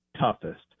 toughest